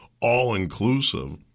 all-inclusive